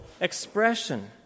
expression